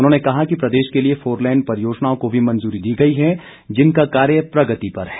उन्होंने कहा कि प्रदेश के लिए फोरलेन परियोजनाओं को भी मंजूरी दी गई है जिनका कार्य प्रगति पर है